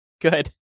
Good